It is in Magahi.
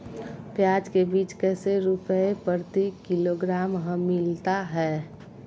प्याज के बीज कैसे रुपए प्रति किलोग्राम हमिलता हैं?